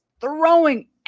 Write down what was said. throwing